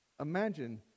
Imagine